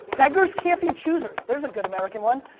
beggars can't be choosers, there's a good american one